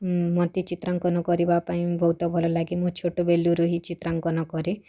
ହୁଁ ମୋତେ ଚିତ୍ରାଙ୍କନ କରିବା ପାଇଁ ବହୁତ ଭଲ ଲାଗେ ମୁଁ ଛୋଟବେଳରୁ ହିଁ ଚିତ୍ରାଙ୍କନ କରେ